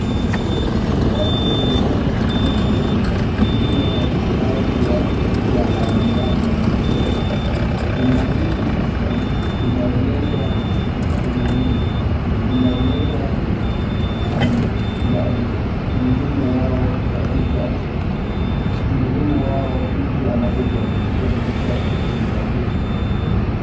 Tangazo linaloonyesha bima ya kiafya ya aziano. Bima hii inaonyesha umuhimu wao mtu anapojiandikisha katika bima hii.